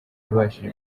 yabashije